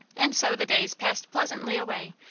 and so the days passed pleasantly away,